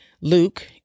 Luke